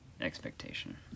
expectation